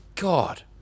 God